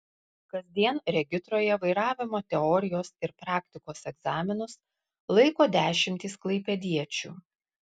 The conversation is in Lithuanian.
kasdien regitroje vairavimo teorijos ir praktikos egzaminus laiko dešimtys klaipėdiečių